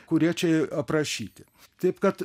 kurie čia aprašyti taip kad